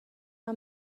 یکم